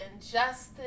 injustice